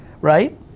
right